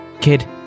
Kid